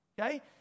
Okay